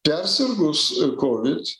persirgus kovid